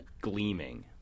Gleaming